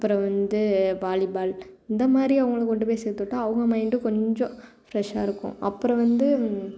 அப்புறம் வந்து வாலிபால் இந்த மாதிரி அவங்களை கொண்டு போய் சேர்த்துவுட்ட அவங்க மைண்டும் கொஞ்சம் ஃப்ரெஷ்ஷாக இருக்கும் அப்புறம் வந்து